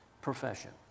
profession